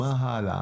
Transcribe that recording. מה הלאה?